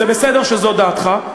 זה בסדר שזאת דעתך,